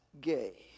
gay